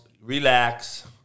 Relax